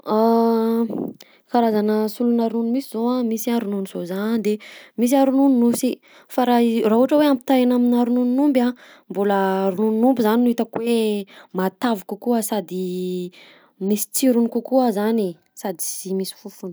Karazagna solonà ronono misy zao a: misy a ronono soja a de misy a ronon'osy, fa raha i- raha ohatra hoe ampitahaina aminà ronon'omby a, mbôla ronon'omby zany no hitako hoe matavy kokoa sady misy tsirony kokoa zany e sady sy misy fofona.